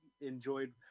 enjoyed